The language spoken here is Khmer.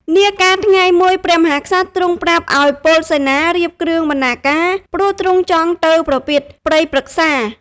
នាកាលថ្ងៃមួយ ព្រះមហាក្សត្រទ្រង់ប្រាប់ឱ្យពលសេនារៀបគ្រឿងបណ្ណាការ ព្រោះទ្រង់ចង់ទៅប្រពាតព្រៃព្រឹក្សា។